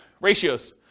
ratios